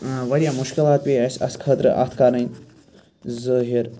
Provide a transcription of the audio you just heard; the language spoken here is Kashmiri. واریاہ مُشکِلات پیٚیہِ اَسہِ اَتھ خٲطرٕ اَتھ کَرٕنۍ ظٲہِر